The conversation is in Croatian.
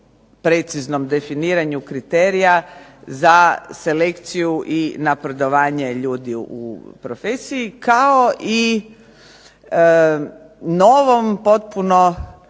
preciznom definiranju kriterija za selekciju i napredovanje ljudi u profesiji, kao i novom potpuno